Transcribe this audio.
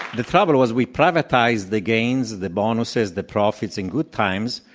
the the problem was we privatized the gains, the bonuses, the profits in good times.